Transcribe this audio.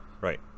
Right